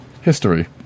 history